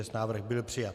Návrh byl přijat.